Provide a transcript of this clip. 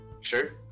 sure